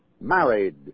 married